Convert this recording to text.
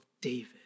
David